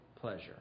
pleasure